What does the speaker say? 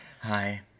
Hi